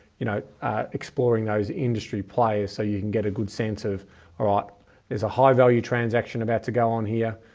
you know exploring those industry players so you can get a good sense of alright, is a high value transaction about to go on here?